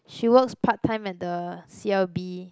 she works part time at the C_L_B